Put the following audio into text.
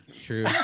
True